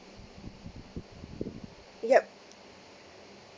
yup